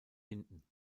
hinten